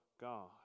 God